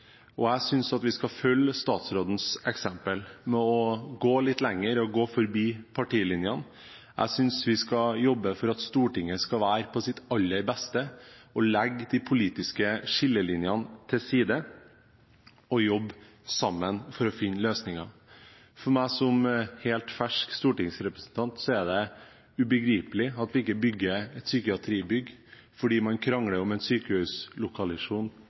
engasjement. Jeg synes at vi skal følge statsrådens eksempel og gå litt lenger og gå forbi partilinjene. Jeg synes vi skal jobbe for at Stortinget skal være på sitt aller beste, legge de politiske skillelinjene til side og jobbe sammen for å finne løsninger. For meg som helt fersk stortingsrepresentant er det ubegripelig at vi ikke bygger et psykiatribygg fordi man krangler om